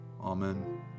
Amen